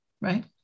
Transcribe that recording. right